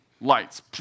lights